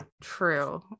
true